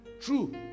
true